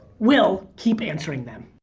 we'll keep answering them.